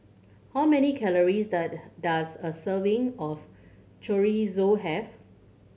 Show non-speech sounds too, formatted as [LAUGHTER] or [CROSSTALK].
how many calories [UNINTELLIGIBLE] does a serving of Chorizo have